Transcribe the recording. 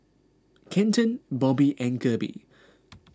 Kenton Bobbie and Kirby